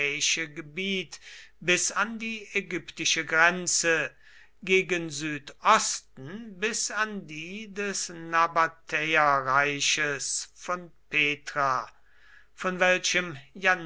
gebiet bis an die ägyptische grenze gegen südosten bis an die des nabatäerreiches von petra von welchem